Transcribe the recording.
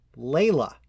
Layla